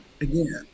Again